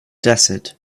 desert